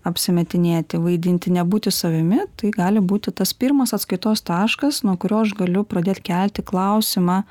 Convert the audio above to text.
apsimetinėti vaidinti nebūti savimi tai gali būti tas pirmas atskaitos taškas nuo kurio aš galiu pradėt kelti klausimą